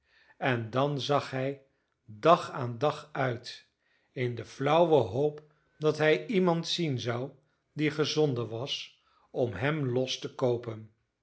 en dan zag hij dag aan dag uit in de flauwe hoop dat hij iemand zien zou die gezonden was om hem los te koopen